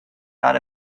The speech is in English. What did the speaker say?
not